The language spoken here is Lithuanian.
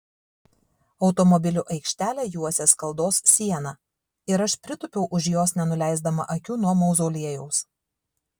automobilių aikštelę juosė skaldos siena ir aš pritūpiau už jos nenuleisdama akių nuo mauzoliejaus